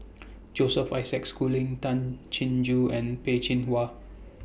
Joseph Isaac Schooling Tay Chin Joo and Peh Chin Hua